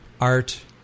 art